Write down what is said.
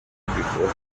before